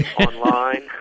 online